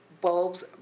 bulbs